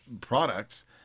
products